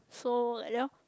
so like that orh